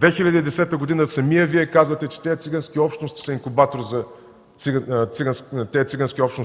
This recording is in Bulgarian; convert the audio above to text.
2010 г. самият Вие казвате, че тези цигански общности